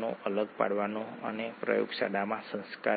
એડીપીનું ફોસ્ફોરાયલેશન એટીપી પેદા કરે છે